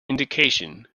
indication